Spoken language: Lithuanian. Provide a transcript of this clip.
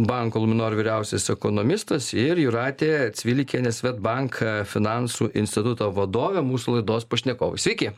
banko luminor vyriausias ekonomistas ir jūratė cvilikienė swedbank finansų instituto vadovė mūsų laidos pašnekovai sveiki